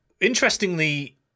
interestingly